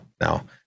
now